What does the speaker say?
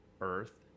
Earth